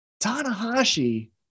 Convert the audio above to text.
Tanahashi